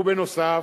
ובנוסף,